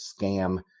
scam